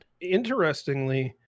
interestingly